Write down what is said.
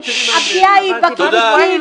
הפגיעה היא בקיבוצים,